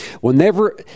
whenever